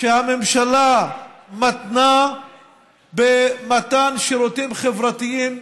שהממשלה מתנה במתן שירותים חברתיים,